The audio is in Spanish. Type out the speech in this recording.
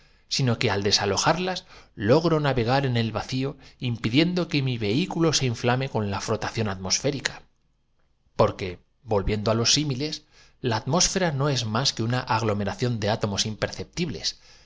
sino que disertante exclamaba al desalojarlas logro navegar en el vacío impidiendo no sin temor voy á exponer una duda que mi vehículo se inflame con la frotación atmosféri escuchodijo el sabio ca porque volviendo á los símiles la atmósfera no es si por ese procedimiento que no admite refuta más que una aglomeración de átomos imperceptibles